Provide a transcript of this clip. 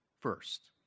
first